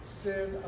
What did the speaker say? sin